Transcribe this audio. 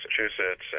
Massachusetts